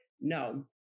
no